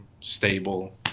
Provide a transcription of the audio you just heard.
stable